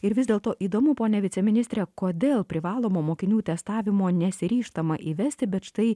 ir vis dėlto įdomu pone viceministre kodėl privalomo mokinių testavimo nesiryžtama įvesti bet štai